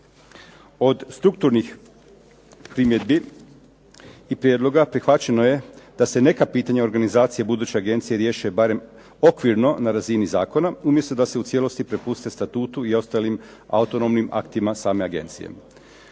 Od strukturnih primjedbi i prijedloga prihvaćeno je da se neka pitanja organizacije buduće agencije riješe barem okvirno na razini zakona umjesto da se u cijelosti prepuste statutu i ostalim autonomnim aktima same agencije.